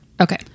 Okay